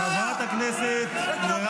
חברת הכנסת מרב